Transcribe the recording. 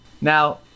now